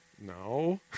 No